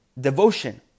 devotion